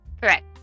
correct